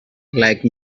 like